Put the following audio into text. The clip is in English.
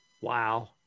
Wow